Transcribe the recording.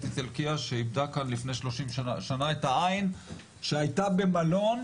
איטלקייה שאיבדה כאן לפני 30 שנה את העין שהייתה במלון,